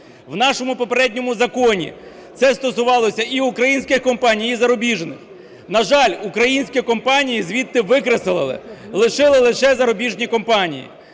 В нашому попередньому законі це стосувалося і українських компаній, і зарубіжних. На жаль, українські компанії звідти викреслили, лишили лише зарубіжні компанії.